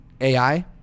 AI